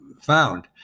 found